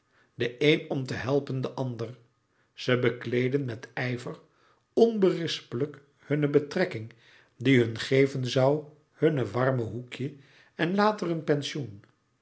de een om te helpen den ander ze bekleedden met ijver onberispelijk hunne betrekking die hun geven zoû hun warme hoekje en later een pensioen